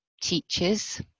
teaches